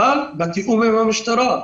אבל בתיאום עם המשטרה.